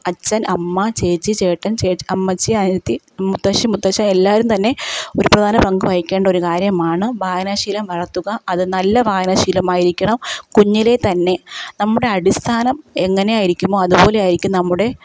അച്ഛൻ അമ്മ ചേച്ചി ചേട്ടൻ ചേ അമ്മച്ചി അനിയത്തി മുത്തശ്ശി മുത്തശ്ശൻ എല്ലാവരും തന്നെ ഒരു പ്രധാന പങ്ക് വഹിക്കേണ്ട ഒരു കാര്യമാണ് വായനാശീലം വളർത്തുക അത് നല്ല വായനാശീലമായിരിക്കണം കുഞ്ഞിലേ തന്നെ നമ്മുടെ അടിസ്ഥാനം എങ്ങനെ ആയിരിക്കുമോ അതുപോലെ ആയിരിക്കും നമ്മുടെ